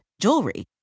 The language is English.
jewelry